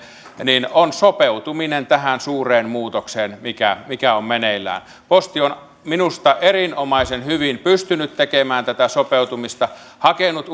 on sopeutuminen tähän suureen muutokseen mikä mikä on meneillään posti on minusta erinomaisen hyvin pystynyt tekemään tätä sopeutumista hakenut